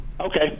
Okay